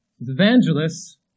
Evangelists